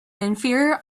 inferior